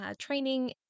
training